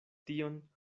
tion